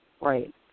Right